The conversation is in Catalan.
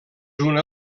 una